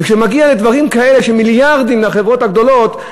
כשזה מגיע לדברים כאלה של מיליארדים לחברות הגדולות,